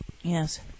Yes